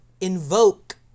invoke